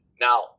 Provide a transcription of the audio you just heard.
Now